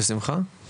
בשמחה.